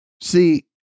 See